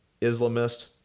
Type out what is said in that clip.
Islamist